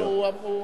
מה הבעיה.